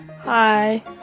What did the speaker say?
Hi